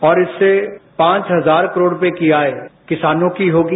और इससे पांच हजार करोड़ रूपये की आय किसानों की होगी